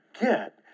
get